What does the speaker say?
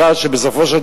ובינתיים מביאים מטוס אחד,